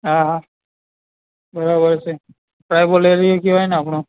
હા હા બરાબર છે ભાઈ બોલેલી કેવાય આપણે